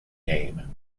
name